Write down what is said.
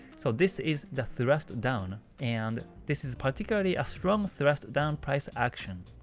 so this is the thrust down, and this is particularly a strong thrust down price action.